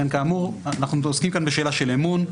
כאמור אנחנו עוסקים כאן בשאלה של אמון,